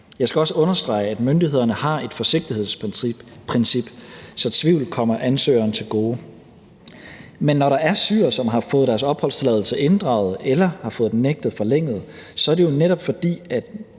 Jeg skal også understrege, at myndighederne har et forsigtighedsprincip, så tvivl kommer ansøgeren til gode. Men når der er syrere, som har fået deres opholdstilladelse inddraget eller har fået den nægtet forlænget, så er det jo netop, fordi